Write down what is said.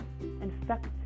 infect